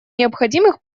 необходимых